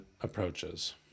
approaches